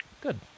Good